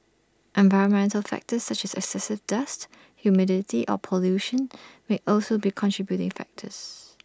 environmental factors such as excessive dust humidity or pollution may also be contributing factors